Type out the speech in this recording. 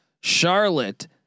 Charlotte